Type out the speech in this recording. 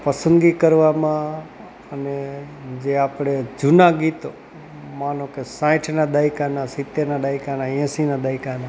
પસંદગી કરવામાં અને જે આપણે જૂનાં ગીતો માનો કે સાઠના દાયકાનાં સીત્તેરના દાયકાનાં એંશીના દાયકાનાં